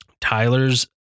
Tyler's